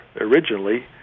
originally